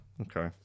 Okay